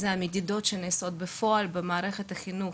אלה מדידות שנעשות בפועל במערכת החינוך,